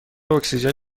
اکسیژن